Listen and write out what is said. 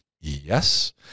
yes